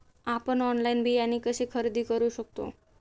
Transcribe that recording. आपण ऑनलाइन बियाणे कसे खरेदी करू शकतो?